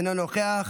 אינו נוכח,